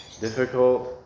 difficult